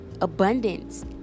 abundance